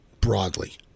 broadly